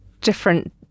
different